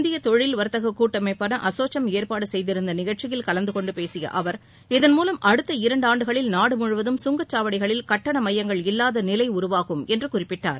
இந்திய தொழில் வர்த்தக கூட்டமைப்பான அசோச்சம் ஏற்பாடு செய்திருந்த நிகழ்ச்சியில் கலந்துகொண்டு பேசிய அவர் இதன் மூலம் அடுத்த இரண்டு ஆண்டுகளில் நாடு முழுவதும் சுங்கச் சாவடிகளில் கட்டண மையங்கள் இல்லாத நிலை உருவாகும் என்று குறிப்பிட்டார்